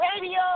radio